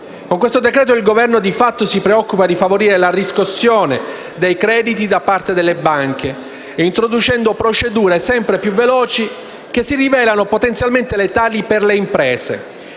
Con questo decreto-legge il Governo, di fatto, si preoccupa di favorire la riscossione dei crediti da parte delle banche, introducendo procedure sempre più veloci, che si rivelano potenzialmente letali per le imprese.